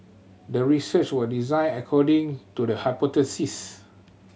the research was designed according to the hypothesis